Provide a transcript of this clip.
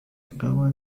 acaba